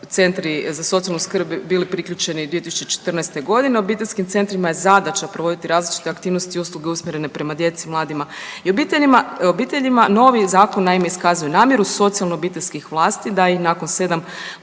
centri za socijalnu skrb bili priključeni 2014. g., obiteljskim centrima je zadaća provoditi različite aktivnosti usluge usmjerene prema djeci, mladima i obiteljima, novi zakon, naime, iskazuje namjeru socijalno-obiteljskih vlasti da i nakon 7